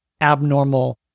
abnormal